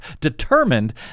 determined